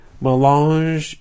Melange